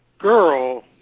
girl